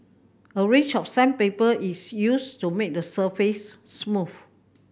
a range of sandpaper is used to make the surface smooth